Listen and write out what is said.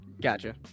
Gotcha